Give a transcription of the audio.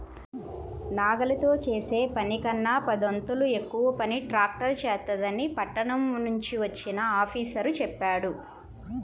నాగలితో చేసే పనికన్నా పదొంతులు ఎక్కువ పని ట్రాక్టర్ చేత్తదని పట్నం నుంచి వచ్చిన ఆఫీసరు చెప్పాడు